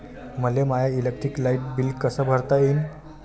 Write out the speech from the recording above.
मले my electric light bill कस भरता येईल?